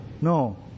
no